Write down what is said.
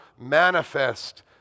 manifest